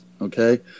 okay